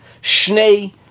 Shnei